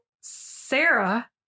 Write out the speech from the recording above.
Sarah